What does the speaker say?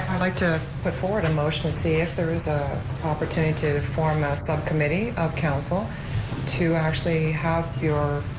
i'd like to put forward a motion to see if there is an ah opportunity to to form a subcommittee of council to actually have your